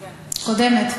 הקודמת.